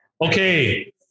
Okay